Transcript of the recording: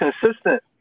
consistent